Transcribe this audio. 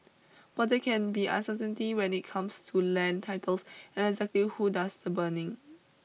but they can be uncertainty when it comes to land titles and exactly who does the burning